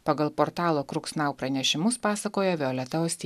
pagal portalo kruksnau pranešimus pasakoja violeta